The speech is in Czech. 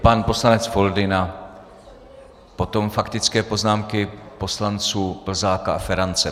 Pan poslanec Foldyna, potom faktické poznámky poslanců Plzáka a Ferance.